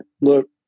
look